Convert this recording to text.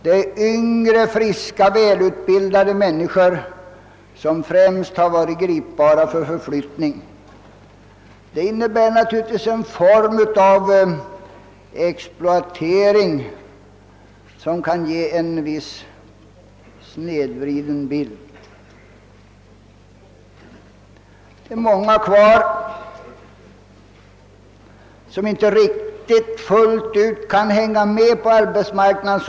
Det är yngre, friska och välutbildade människor som främst varit gripbara för förflyttning, vilket innebär en exploatering som kan ge en i viss mån felaktig bild av det hela. Det finns många som inte riktigt lika bra som de yngre kan hänga med på arbetsmarknaden.